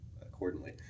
accordingly